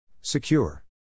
Secure